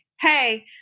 hey